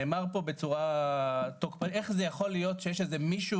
נאמר פה בצורה תוקפנית "איך זה יכול להיות שיש איזה מישהו